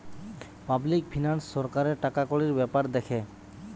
public finance সরকারের টাকাকড়ির বেপার দ্যাখে